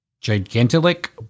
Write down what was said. Gigantic